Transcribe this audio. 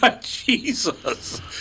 Jesus